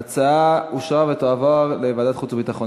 ההצעה אושרה ותועבר לוועדת החוץ והביטחון.